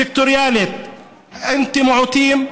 סקטוריאלית, אנטי-מיעוטים,